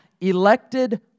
Elected